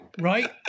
right